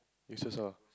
you also